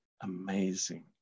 amazing